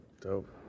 Dope